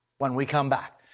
when we come back,